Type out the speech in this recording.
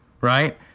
right